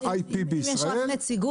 ה-IP בישראל,